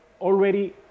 already